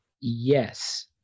Yes